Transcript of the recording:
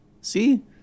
See